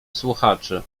słuchaczy